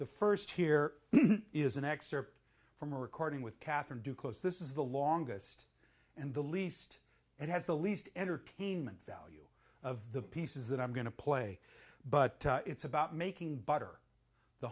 the first here is an excerpt from a recording with catherine do close this is the longest and the least it has the least entertainment value of the pieces that i'm going to play but it's about making butter the